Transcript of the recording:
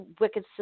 wicked